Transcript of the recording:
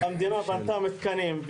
המדינה בנתה מתקנים,